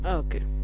okay